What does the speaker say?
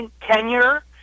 Tenure